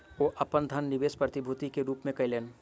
ओ अपन धन निवेश प्रतिभूति के रूप में कयलैन